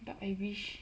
!hais! but I wish